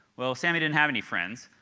well, samy didn't have any friends.